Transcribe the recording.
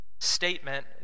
statement